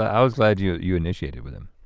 i was glad you you initiated with him.